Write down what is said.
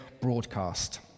broadcast